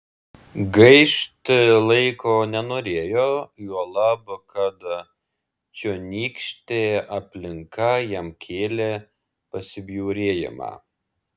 gaišti laiko nenorėjo juolab kad čionykštė aplinka jam kėlė pasibjaurėjimą